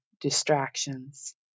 distractions